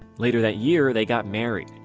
later that year they got married.